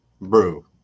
brew